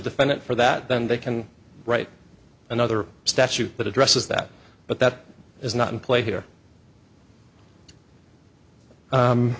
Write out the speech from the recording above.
defendant for that then they can write another statute but addresses that but that is not in play here